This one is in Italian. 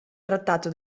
trattato